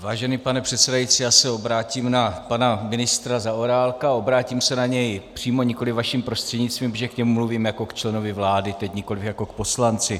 Vážený pane předsedající, já se obrátím na pana ministra Zaorálka a obrátím se na něj přímo, nikoliv vaším prostřednictvím, protože k němu mluvím jako k členovi vlády teď, nikoliv jako k poslanci.